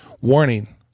warning